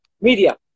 media